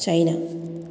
China